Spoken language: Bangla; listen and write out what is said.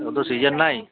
এখন তো সিজন নাই